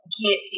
get